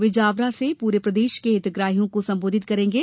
वे जावरा से पूरे प्रदेश के हितग्राहियों को संबोधित करेंगे